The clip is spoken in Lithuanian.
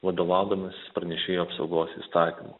vadovaudamasis pranešėjų apsaugos įstatymu